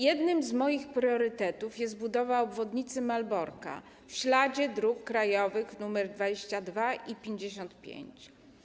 Jednym z moich priorytetów jest budowa obwodnicy Malborka w śladzie dróg krajowych nr 22 i 55.